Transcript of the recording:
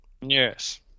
Yes